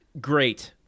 great